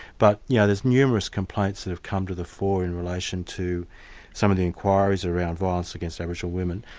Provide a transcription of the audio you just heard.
but yeah there's numerous complaints that have come to the fore in relation to some of the inquiries around violence against aboriginal women,